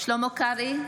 שלמה קרעי,